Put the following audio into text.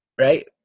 right